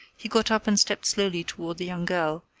he got up and stepped slowly toward the young girl,